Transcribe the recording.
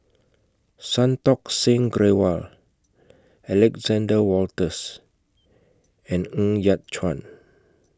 Santokh Singh Grewal Alexander Wolters and Ng Yat Chuan